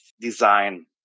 design